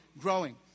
growing